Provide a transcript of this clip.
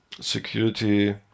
security